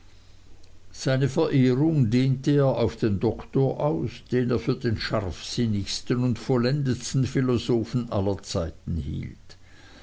seine verehrung dehnte er auf den doktor aus den er für den scharfsinnigsten und vollendetsten philosophen aller zeiten hielt